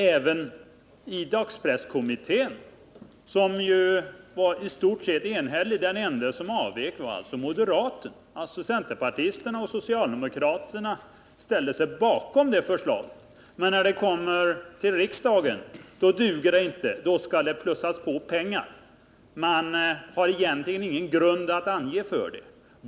Även där var man i stort sett enhällig. Den ende som hade avvikande mening var den moderate ledamoten. Centerpartisterna och socialdemokraterna ställde sig bakom förslaget. Men när det kommer till riksdagen, då duger det tydligen inte längre. Då skall pengar plussas på utan att man egentligen kan ange något skäl till det.